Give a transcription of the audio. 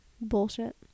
Bullshit